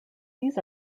these